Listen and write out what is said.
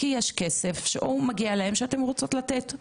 כי יש כסף שהוא מגיע להם שאתם רוצות לתת.